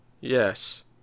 Yes